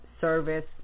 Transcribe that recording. service